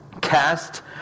Cast